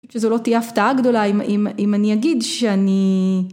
שזו לא תהיה הפתעה גדולה אם אני אגיד שאני.